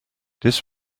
this